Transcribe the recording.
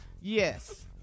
Yes